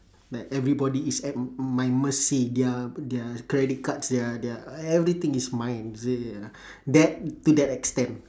that everybody is at m~ my mercy their their credit cards their their everything is mine their that to that extent